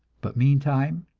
but meantime,